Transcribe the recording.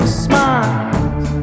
smiles